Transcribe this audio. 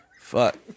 Fuck